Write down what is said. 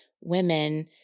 women